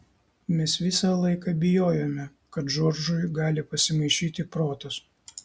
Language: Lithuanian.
mes visą laiką bijojome kad džordžui gali pasimaišyti protas